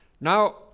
Now